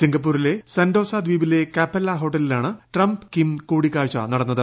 സിംഗപൂരിലെ Sentosa ദ്വീപിലെ Capella ഹോട്ടലിലാണ് Trump Kim കൂടിക്കാഴ്ച നടന്നത്